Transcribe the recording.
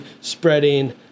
spreading